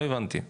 לא מהבנתי.